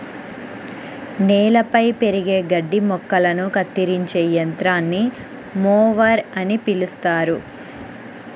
నేలపై పెరిగే గడ్డి మొక్కలను కత్తిరించే యంత్రాన్ని మొవర్ అని పిలుస్తారు